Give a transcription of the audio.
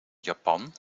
japan